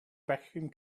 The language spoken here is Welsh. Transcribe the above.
bechgyn